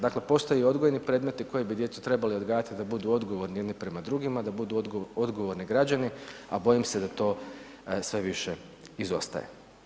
Dakle postoje i odgojni predmeti koji bi djecu trebali odgajati i da budu odgovorni jedni prema drugima i da budu odgovorni i građani a bojim se da to sve više izostaje.